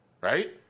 right